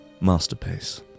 masterpiece